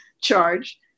charge